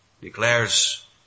declares